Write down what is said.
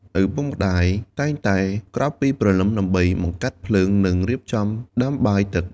ឪពុកម្តាយតែងតែក្រោកពីព្រលឹម ដើម្បីបង្កាត់ភ្លើង និងរៀបចំដាំបាយទឹក។